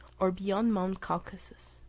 or beyond mount caucasus.